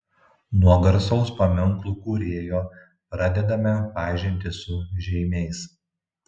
nuo garsaus paminklų kūrėjo pradedame pažintį su žeimiais